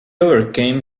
overcame